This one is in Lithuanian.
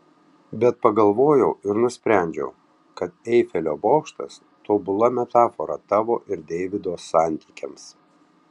bet pagalvojau ir nusprendžiau kad eifelio bokštas tobula metafora tavo ir deivido santykiams